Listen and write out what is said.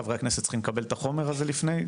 חברי הכנסת צריכים לקבל את החומר הזה לפני,